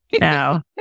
No